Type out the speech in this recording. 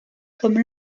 comme